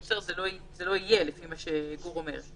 זה לא יהיה, לפי מה שגור אומר.